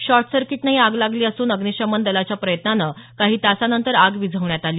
short सर्किटनं ही आग लागली असून अग्निशमन दलाच्या प्रयत्नानं काही तासानंतर आग विझवण्यात आली